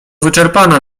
wyczerpana